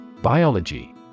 Biology